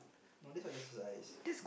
no this not exercise